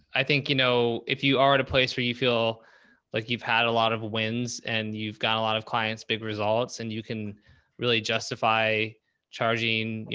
i think, you know, if you are at a place where you feel like you've had a lot of wins and you've got a lot of clients, big results, and you can really justify charging, you